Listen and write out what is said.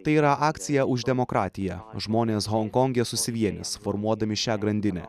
tai yra akcija už demokratiją žmonės honkonge susivienys formuodami šią grandinę